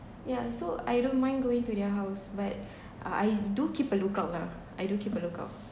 yeah so I don't mind going to their house but I do keep a lookout lah I do keep a lookout